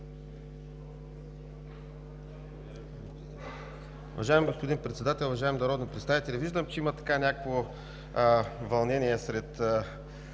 Виждам, че има някакво вълнение сред